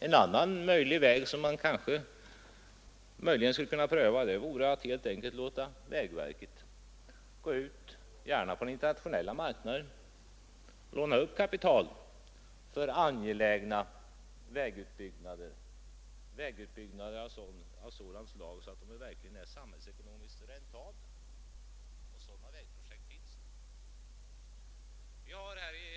En annan väg, som man kanske skulle kunna pröva, vore att helt enkelt låta vägverket gå ut, gärna på den internationella marknaden, och låna upp kapital för angelägna vägutbyggnader av sådant slag att de verkligen är samhällsekonomiskt räntabla. Sådana vägprojekt finns det.